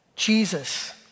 Jesus